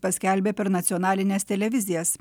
paskelbė per nacionalines televizijas